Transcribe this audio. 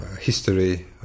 history